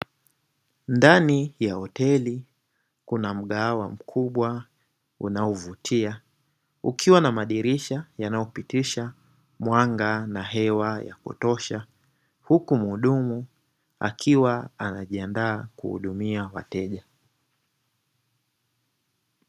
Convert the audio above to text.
Ndani ya hoteli kuna mgahawa mkubwa unaovutia, ukiwa na madirisha yanayopitisha mwanga na hewa ya kutosha, huku muhudumu akiwa anajiandaa kuhudumia wateja.